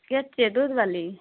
के छियै दूध बाली